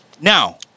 Now